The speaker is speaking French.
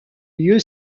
lieu